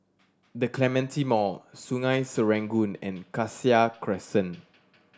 The Clementi Mall Sungei Serangoon and Cassia Crescent